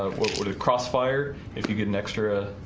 what would a crossfire if you get an extra?